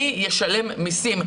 מי ישלם מיסים?